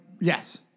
yes